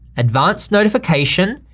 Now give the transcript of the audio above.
advanced notification,